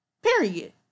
Period